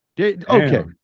okay